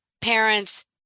parents